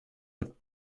but